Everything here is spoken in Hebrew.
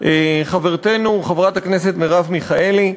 חברתנו חברת הכנסת מרב מיכאלי,